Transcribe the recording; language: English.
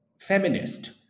feminist